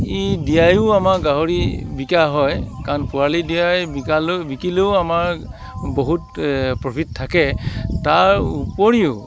দিয়াইও আমাক গাহৰি বিক্ৰা হয় কাৰণ পোৱালি দিয়াই বিকালৈ বিকিলৈও আমাৰ বহুত প্ৰফিট থাকে তাৰ উপৰিও